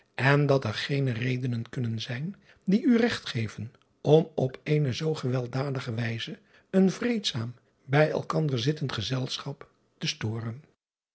en dat er geene redenen kunnen zijn die u regt geven om op eene zoo gewelddadige wijze een vreedzaam bij elkander zittend gezelschap te storen